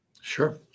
Sure